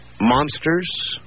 Monsters